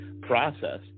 process